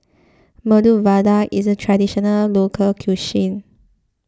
Medu Vada is a Traditional Local Cuisine